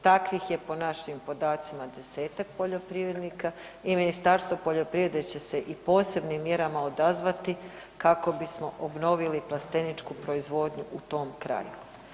Takvih je po našim podacima 10-tak poljoprivrednika i Ministarstvo poljoprivrede će se i posebnim mjerama odazvati kako bismo obnovili plasteničku proizvodnju u tom kraju.